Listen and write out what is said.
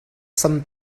some